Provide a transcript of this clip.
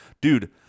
dude